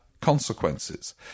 consequences